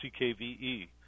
CKVE